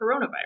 coronavirus